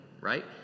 right